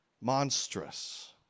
monstrous